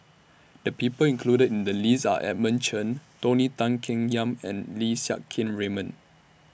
The People included in The list Are Edmund Chen Tony Tan Keng Yam and Lim Siang Keat Raymond